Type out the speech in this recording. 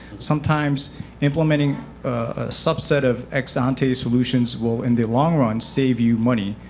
sometimes implementing a subset of ex-ante solutions will, in the long run, save you money,